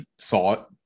thought